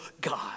God